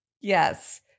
Yes